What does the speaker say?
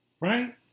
right